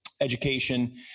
education